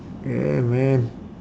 yeah man